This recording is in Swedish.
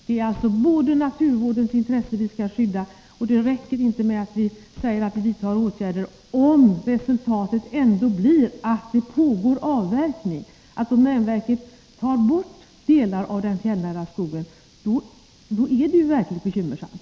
Det är alltså naturvårdens intressen vi skall skydda, och då räcker det inte med att vi säger att vi vidtar åtgärder, om resultatet ändå blir att det pågår avverkning, att domänverket tar bort delar av den fjällnära skogen. Då är det verkligen bekymmersamt.